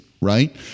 right